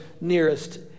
nearest